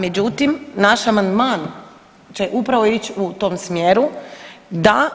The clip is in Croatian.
Međutim, naš amandman će upravo ići u tom smjeru da